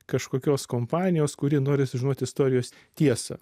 kažkokios kompanijos kuri nori sužinoti istorijos tiesą